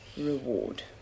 reward